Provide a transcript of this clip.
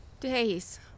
Days